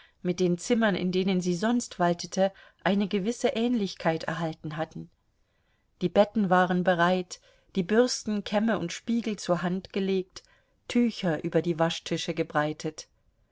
mit den zimmern in denen sie sonst waltete eine gewisse ähnlichkeit erhalten hatten die betten waren bereit die bürsten kämme und spiegel zur hand gelegt tücher über die waschtische gebreitet